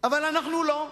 אבל אנחנו לא.